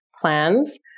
plans